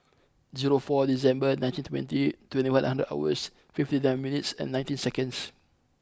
zero four December nineteen twenty twenty one hundred hours fifty nine minutes and nineteen seconds